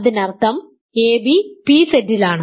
അതിനർത്ഥം ab pZ ലാണ്